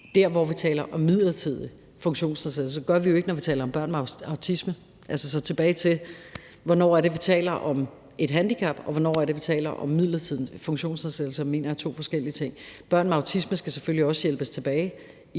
der, hvor vi taler om midlertidige funktionsnedsættelser. Det gør vi jo ikke, når vi taler om børn med autisme. Altså, hvis jeg skal vende tilbage til, hvornår det er, vi taler om et handicap, og hvornår det er, vi taler om midlertidige funktionsnedsættelser, mener jeg som sagt, det er to forskellige ting. Børn med autisme skal selvfølgelig også hjælpes tilbage